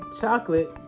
chocolate